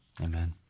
Amen